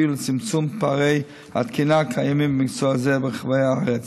יביאו לצמצום פערי התקינה הקיימים במקצוע זה ברחבי הארץ.